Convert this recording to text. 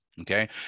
Okay